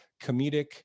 comedic